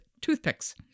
toothpicks